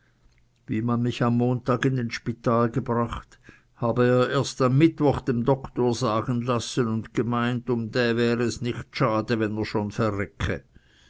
wie man mich am montag in den spital gebracht habe er das erst am mittwoch dem doktor sagen lassen und gemeint um dä wäre es nicht schade wenn er schon verrecke